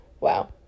Wow